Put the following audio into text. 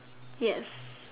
yes